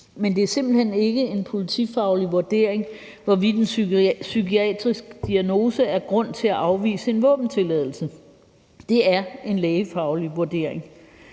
men det er simpelt hen ikke en politifaglig vurdering, hvorvidt en psykiatrisk diagnose er grund til at afvise en våbentilladelse; det er en lægefaglig vurdering.